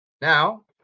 Now